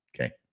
Okay